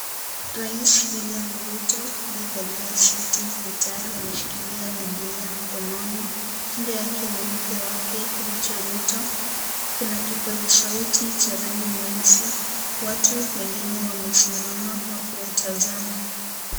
Rais william ruto aliyevalia suti na tai ameshikilia bibilia mkononi , kando yake mke wake Rachael Ruto kuna kipaza sauti cha rangi nyeusi, watu wengine wamesimama wakiwatazama.